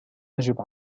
أجب